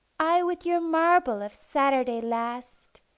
i with your marble of saturday last,